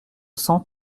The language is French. cent